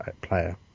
Player